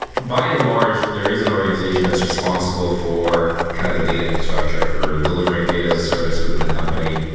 by and large, there is an organization that's responsible for kind of the data infrastructure for delivering data as a service within the company.